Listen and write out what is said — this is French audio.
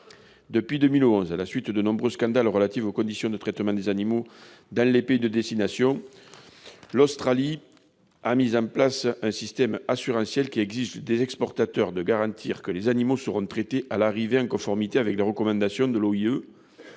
Depuis 2011, à la suite de nombreux scandales relatifs aux conditions de traitement des animaux dans les pays de destination, l'Australie a mis en place un système assurantiel, qui exige des exportateurs de garantir que les animaux seront traités à l'arrivée en conformité avec les recommandations de l'OIE